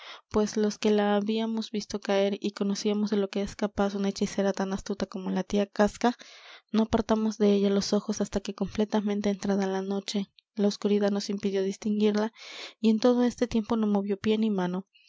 pues los que la habíamos visto caer y conocíamos de lo que es capaz una hechicera tan astuta como la tía casca no apartamos de ella los ojos hasta que completamente entrada la noche la oscuridad nos impidió distinguirla y en todo este tiempo no movió pie ni mano